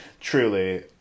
Truly